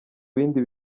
bindi